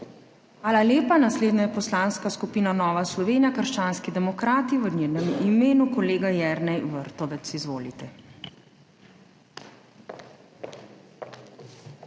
Hvala lepa. Naslednja je Poslanska skupina Nova Slovenija - krščanski demokrati. V njenem imenu kolega Jernej Vrtovec. Izvolite.